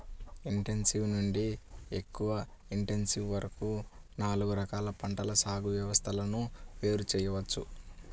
intensive నుండి ఎక్కువ intensive వరకు నాలుగు రకాల పంటల సాగు వ్యవస్థలను వేరు చేయవచ్చు